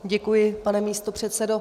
Děkuji, pane místopředsedo.